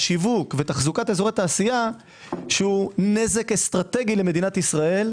השיווק ותחזוקת אזורי תעשייה שהוא נזק אסטרטגי למדינת ישראל-